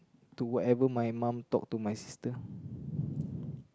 to whatever my mum talk to my sister